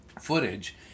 footage